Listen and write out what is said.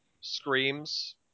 screams